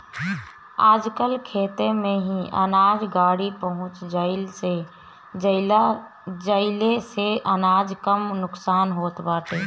आजकल खेते में ही अनाज गाड़ी पहुँच जईले से अनाज कम नुकसान होत बाटे